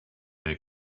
their